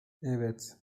evet